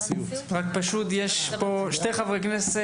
נמצאים פה שני חברי כנסת,